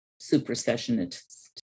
supersessionist